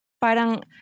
parang